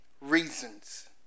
reasons